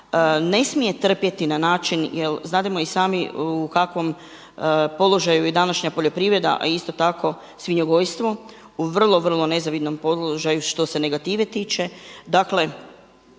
ne smije trpjeti na način, jer znademo i sami u kakvom položaju je današnja poljoprivreda a isto tako i svinjogojstvo u vrlo, vrlo nezavidnom položaju što se negative tiče,